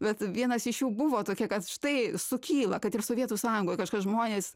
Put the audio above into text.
bet vienas iš jų buvo tokia kad štai sukyla kad ir sovietų sąjungoj kažkas žmonės